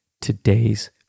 today's